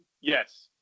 yes